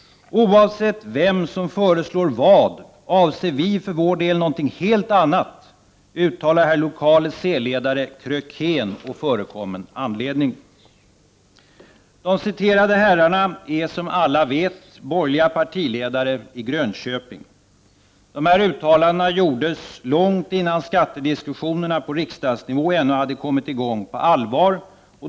—- Oavsett vem, som föreslår vad, avse vi för vår del någonting helt annat, uttalar hr lok. c-ledare J. Krökén å förekommen anledning.” De citerade herrarna är, som alla vet, borgerliga partiledare i Grönköping. Uttalandena gjordes långt innan skattediskussionerna på riksdagsnivå ännu hade kommit i gång på allvar.